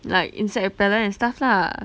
like insect repellent and stuff lah